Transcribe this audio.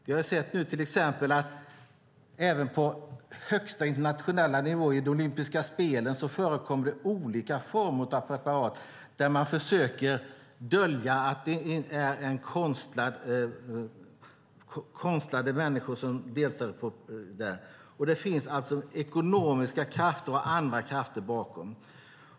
Vi har till exempel sett att det även på högsta internationella nivå, i de olympiska spelen, förekommer olika former av preparat där man försöker dölja att det är konstlade människor som deltar. Det finns ekonomiska och andra krafter bakom.